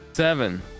seven